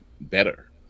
better